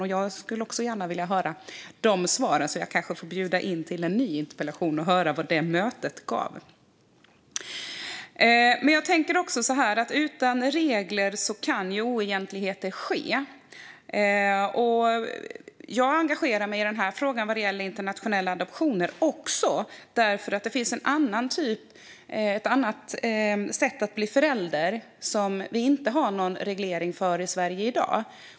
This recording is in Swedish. Även jag skulle gärna vilja höra dessa svar, så jag får kanske skriva en ny interpellation för att få höra vad mötet gav. Utan regler kan oegentligheter ske. Jag engagerar mig i internationella adoptioner också för att det finns ett annat sätt att bli förälder på som vi i Sverige inte har någon reglering för i dag.